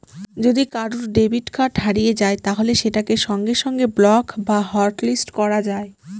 যদি কারুর debit card হারিয়ে যায় তাহলে সেটাকে সঙ্গে সঙ্গে ব্লক বা হটলিস্ট করা যায়